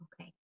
Okay